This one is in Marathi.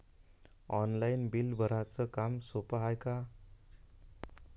ऑनलाईन बिल भराच काम सोपं हाय का?